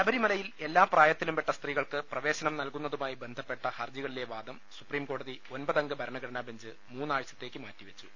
ശബരിമലയിൽ എല്ലാ പ്രായത്തിലുംപെട്ട സ്ത്രീകൾക്ക് പ്രവേ ശനം നൽകുന്നതുമായി ബന്ധപ്പെട്ട ഹർജികളിലെ വാദം സുപ്രീം കോടതി ഒൻപതംഗ ഭരണഘടനാ ബെഞ്ച് മൂന്നാഴ്ചത്തേക്ക് മാറ്റിവെച്ചു